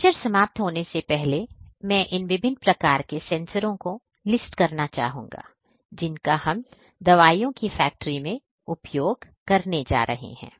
lecture समाप्त होने से पहले मैं इन विभिन्न प्रकार के सेंसरों को लिस्ट करना चाहूंगा जिनका हम दवाइयों की फैक्ट्री मैं उपयोग करने जा रहे हैं